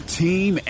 team